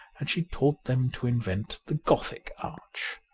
and she taught them to invent the gothic arch.